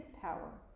power